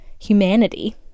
humanity